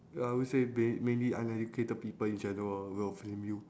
ya I would say main~ mainly uneducated people in general will flame you